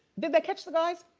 did they catch the guys?